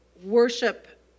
Worship